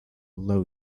low